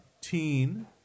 teen